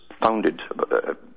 founded